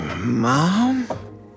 mom